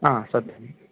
हा सत्यम्